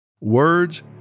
Words